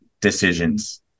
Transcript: decisions